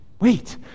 Wait